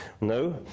No